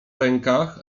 rękach